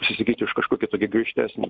pasisakyti už kažkokį tokį griežtesnį